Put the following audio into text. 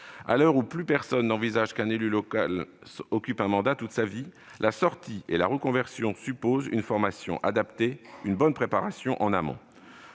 À l'heure où plus personne n'envisage qu'un élu local occupe un mandat toute sa vie, la sortie du mandat et la reconversion supposent une formation adaptée et une bonne préparation en amont.